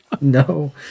No